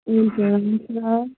हुन्छ हुन्छ